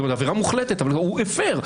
זו עבירה מוחלטת אבל הוא הפר,